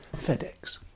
FedEx